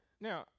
Now